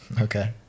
Okay